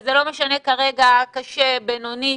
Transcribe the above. וזה לא משנה כרגע, קשה, בינוני.